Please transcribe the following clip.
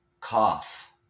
cough